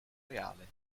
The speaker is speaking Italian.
reale